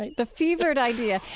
like the fevered idea.